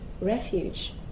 refuge